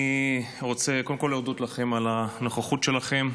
אני רוצה קודם כול להודות לכם על הנוכחות שלכם.